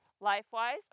life-wise